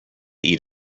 eat